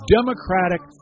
Democratic